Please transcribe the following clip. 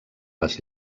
les